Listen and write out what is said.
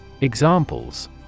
Examples